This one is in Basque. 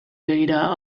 begira